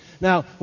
Now